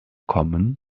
kommen